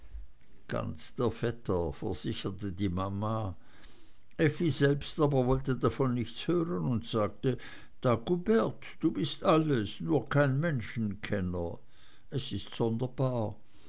ganz der vetter versicherte die mama effi selbst aber wollte davon nichts hören und sagte dagobert du bist alles nur kein menschenkenner es ist sonderbar